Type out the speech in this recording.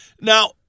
Now